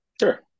Sure